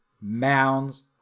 mounds